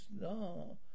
No